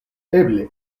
eble